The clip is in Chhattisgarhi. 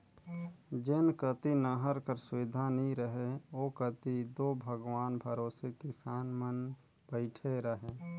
जेन कती नहर कर सुबिधा नी रहें ओ कती दो भगवान भरोसे किसान मन बइठे रहे